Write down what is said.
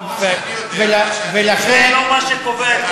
זה לא מה שקובע,